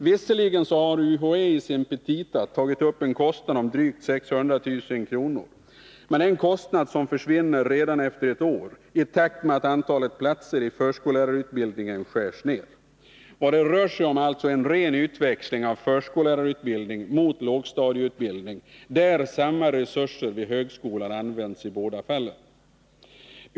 Visserligen har UHÄ i sina petita tagit upp en kostnad om drygt 600 000 kr., men det är en kostnad som försvinner redan efter ett år i takt med att antalet platser i förskoilärarutbildningen skärs ned. Vad det rör sig om är alltså en ren utväxling av förskollärarutbildning mot lågstadielärarutbildning, där samma resurser vid högskolan används i båda fallen.